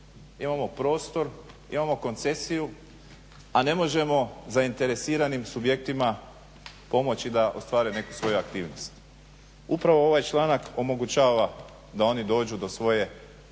imamo prostor, imamo koncesiju, a ne možemo zainteresiranim subjektima pomoći da ostvare neku svoju aktivnost. Upravo ovaj članak omogućava da oni dođu do svoje